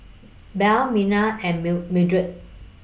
Belle Myrna and meal Mildred